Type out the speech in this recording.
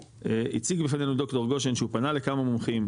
הציג בפנינו ד"ר גושן שהוא פנה לכמה מומחים,